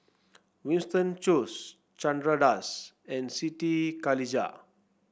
Winston Choos Chandra Das and Siti Khalijah